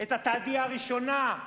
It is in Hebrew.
את ה"תהדיה" הראשונה.